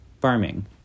farming